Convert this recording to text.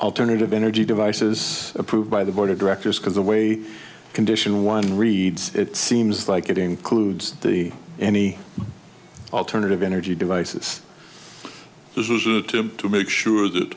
alternative energy devices approved by the board of directors because the way condition one reads it seems like it includes the any alternative energy devices this is to make sure that